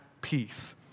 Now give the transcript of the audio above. peace